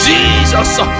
Jesus